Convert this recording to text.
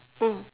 mm